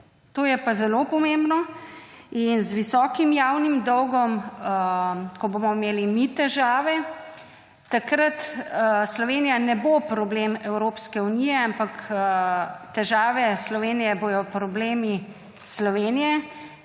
to je pa zelo pomembno. In z visokim javnim dolgom, ko bomo imeli mi težave, takrat Slovenija ne bo problem Evropske unije, ampak težave Slovenije bodo problemi Slovenije.